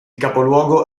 capoluogo